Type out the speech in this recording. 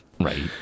Right